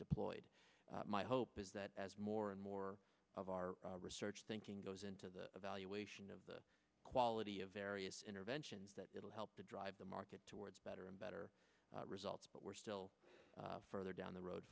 deployed my hope is that as more and more of our research thinking goes into the evaluation of the quality of various interventions that will help to drive the market towards better and better results but we're still further down the